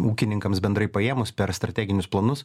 ūkininkams bendrai paėmus per strateginius planus